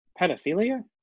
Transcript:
Pedophilia